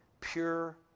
pure